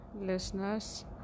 listeners